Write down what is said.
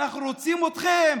אנחנו רוצים אתכם,